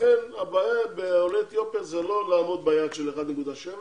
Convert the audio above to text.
לכן הבעיה עם עולי אתיופיה זה לא לעמוד ביעד של 1.7%